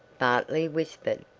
bartley whispered,